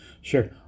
Sure